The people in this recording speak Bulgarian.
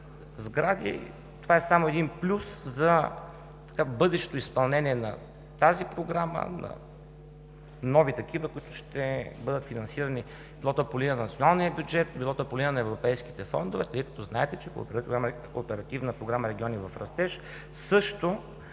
това е само един плюс за бъдещо изпълнение на тази Програма и на нови такива, които ще бъдат финансирани било по линия на Националния бюджет или на европейските фондове, тъй като знаете, че подкрепяме Оперативна програма „Региони в растеж“. Също